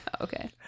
Okay